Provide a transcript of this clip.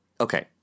Okay